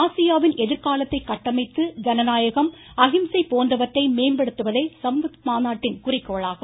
ஆசியாவின் எதிர்காலத்தை கட்டமைத்து ஜனநாயகம் அஹிம்சை போன்றவற்றை மேம்படுத்துவதே ஸம்வத் மாநாட்டின் குறிக்கோளாகும்